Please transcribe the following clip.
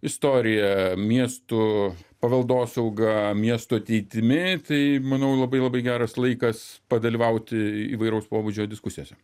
istorija miestų paveldosauga miestų ateitimi tai manau labai labai geras laikas padalyvauti įvairaus pobūdžio diskusijose